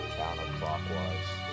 counterclockwise